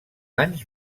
anys